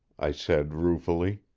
i said ruefully,